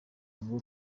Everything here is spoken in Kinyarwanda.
ngo